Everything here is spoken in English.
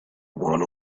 one